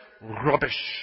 rubbish